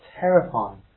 terrifying